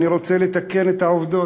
אני רוצה לתקן את העובדות,